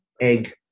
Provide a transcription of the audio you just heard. egg